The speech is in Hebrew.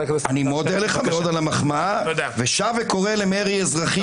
אני מאוד מודה לך על המחמאה ושוב וקורא למרי אזרחי